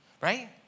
right